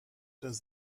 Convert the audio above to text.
does